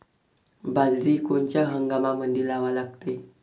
बाजरी कोनच्या हंगामामंदी लावा लागते?